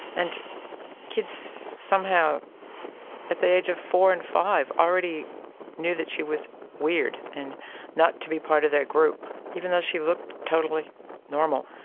and kids somehow at the age of four and five already knew that she was weird and not to be part of their group, even though she looked totally normal.